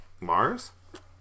Mars